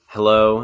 Hello